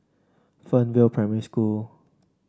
Fernvale Primary School